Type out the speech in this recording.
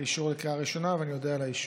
לאישור לקריאה ראשונה, ואני אודה על האישור.